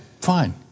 fine